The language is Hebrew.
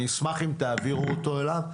אני אשמח אם תעבירו אותו אליו.